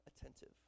attentive